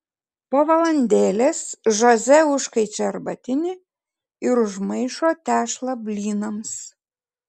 po valandėlės žoze užkaičia arbatinį ir užmaišo tešlą blynams